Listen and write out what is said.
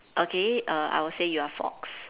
okay uh I would say you are a fox